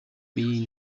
биеийн